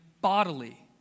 bodily